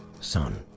Son